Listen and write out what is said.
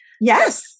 Yes